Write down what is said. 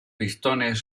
pistones